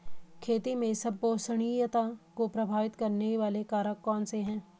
खेती में संपोषणीयता को प्रभावित करने वाले कारक कौन से हैं?